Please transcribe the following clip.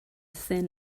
thin